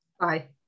Bye